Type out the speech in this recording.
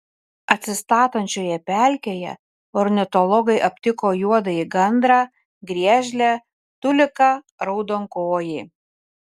atsistatančioje pelkėje ornitologai aptiko juodąjį gandrą griežlę tuliką raudonkojį